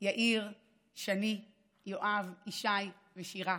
יאיר, שני, יואב, ישי ושירה.